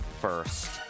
first